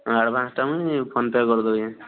ଆଡ଼ଭାନ୍ସଟା ମୁଇଁ PhonePe କରି ଦେଉଛେଁ